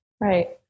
Right